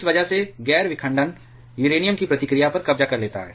इस वजह से गैर विखंडन यूरेनियम की प्रतिक्रिया पर कब्जा कर लेता है